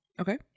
okay